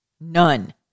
None